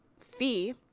fee